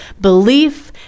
belief